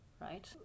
right